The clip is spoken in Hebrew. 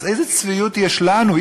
אז איזו צביעות יש לנו?